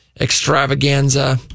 extravaganza